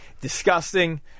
disgusting